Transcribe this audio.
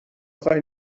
خوای